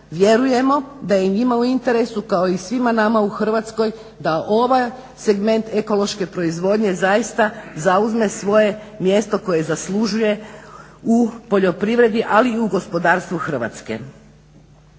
Vjerujemo da je i njima u interesu kao i svima nama u Hrvatskoj da ovaj segment ekološke proizvodnje zaista zauzme svoje mjesto koje zaslužuje u poljoprivredi ali i u gospodarstvu Hrvatske.